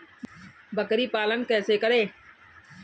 बकरी पालन कैसे करें?